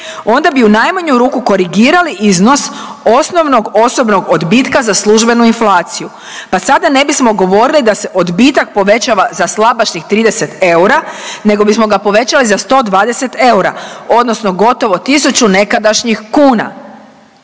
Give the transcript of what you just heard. onda bi u najmanju ruku korigirali iznos osnovnog osobnog odbitka za službenu inflaciju pa sada ne bismo govorili da se odbitak povećava za slabašnih 30 eura nego bismo ga povećali za 120 eura, odnosno gotovo 1000 nekadašnjih kuna.